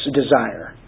desire